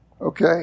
Okay